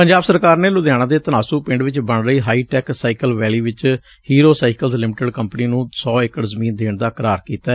ਪੰਜਾਬ ਸਰਕਾਰ ਨੇ ਲੁਧਿਆਣਾ ਦੇ ਧਨਾਸੂ ਪਿੰਡ ਵਿਚ ਬਣ ਰਹੀ ਹਾਈ ਟੱਕ ਸਾਈਕਲ ਵੈਲੀ ਵਿਚ ਹੀਰੋ ਸਾਈਕਲ ਲਿਮਿਟਡ ਕੰਪਨੀ ਨੂੰ ਸੌ ਏਕੜ ਜ਼ਮੀਨ ਦੇਣ ਦਾ ਕਰਾਰ ਕੀਤੈ